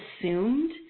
assumed